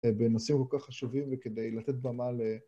בנושאים כל כך חשובים וכדי לתת במה ל...